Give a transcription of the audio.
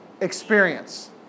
experience